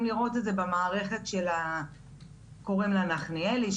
לראות את זה במערכת שקוראים לה נחליאלי,